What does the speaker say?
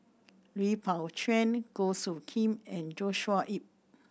Lui Pao Chuen Goh Soo Khim and Joshua Ip